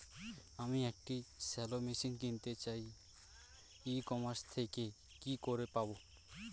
আমি একটি shallow machine কিনতে চাই ই কমার্স থেকে কি করে পাবো?